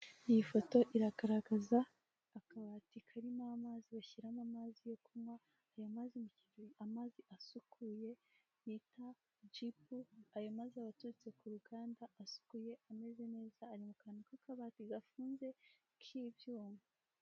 Iyi foto iragaragaza akabati karimo amazi bashyiramo amazi yo kunywa aya mazi amazi asukuye bita jibu ayo mazi aba aturutse ku ruganda asukuye ameze neza ari mu kantu k'akabati gafunze k'ibyuma.